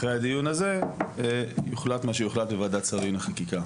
אחרי הדיון הזה יוחלט מה שיוחלט בוועדת שרים לחקיקה.